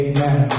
Amen